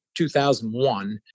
2001